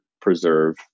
preserve